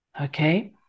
Okay